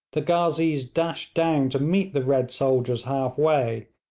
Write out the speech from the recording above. the ghazees dashed down to meet the red soldiers halfway,